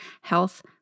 health